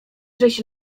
żeś